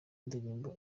ndirimbo